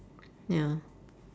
ya